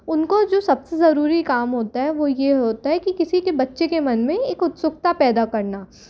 उनको जो सबसे जरूरी काम होता है वो ये होता है कि किसी के बच्चे के मन में एक उत्सुकता पैदा करना